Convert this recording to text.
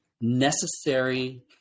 necessary